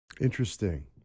Interesting